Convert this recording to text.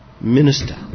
minister